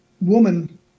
woman